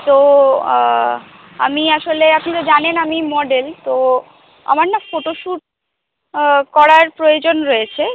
তো আমি আসলে আপনি তো জানেন আমি মডেল তো আমার না ফোটোস্যুট করার প্রয়োজন রয়েছে